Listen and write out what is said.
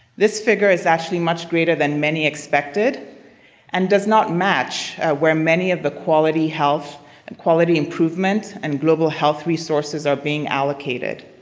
this figure is actually much greater than many expected and does not match where many of the quality health and quality improvement and global health resources are being allocated.